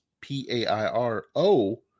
p-a-i-r-o